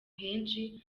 henshi